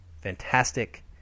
fantastic